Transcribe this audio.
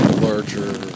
larger